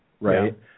right